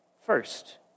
First